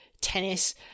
tennis